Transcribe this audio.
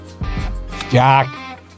Jack